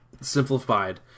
simplified